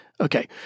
Okay